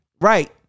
Right